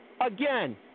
Again